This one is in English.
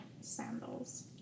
sandals